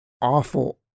awful